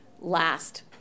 last